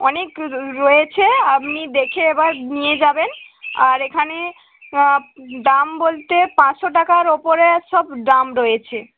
অনেক রয়েছে আপনি দেখে এবার নিয়ে যাবেন আর এখানে দাম বলতে পাঁচশো টাকার ওপরে সব দাম রয়েছে